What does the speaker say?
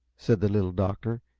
said the little doctor,